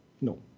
No